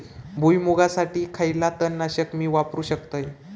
भुईमुगासाठी खयला तण नाशक मी वापरू शकतय?